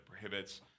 prohibits